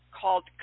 called